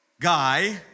guy